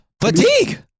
Fatigue